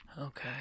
Okay